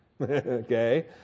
Okay